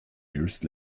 years